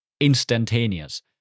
instantaneous